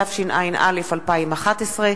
התשע"א 2011,